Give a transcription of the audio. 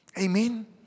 Amen